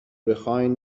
بخواین